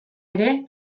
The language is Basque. ere